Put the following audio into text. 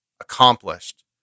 accomplished